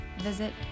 visit